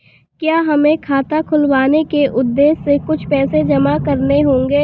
क्या हमें खाता खुलवाने के उद्देश्य से कुछ पैसे जमा करने होंगे?